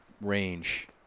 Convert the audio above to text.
range